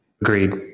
Agreed